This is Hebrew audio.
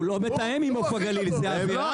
הוא לא מתאם עם עוף הגליל, זו עבירה.